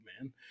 man